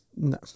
No